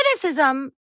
criticism